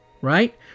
Right